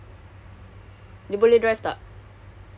J_B johor bahru